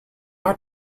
our